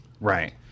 Right